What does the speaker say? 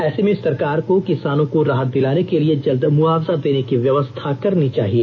ऐसे में सरकार को किसानों को राहत दिलाने के लिए जल्द मुआवजा देने की व्यवस्था करनी चाहिए